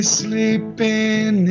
sleeping